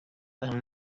and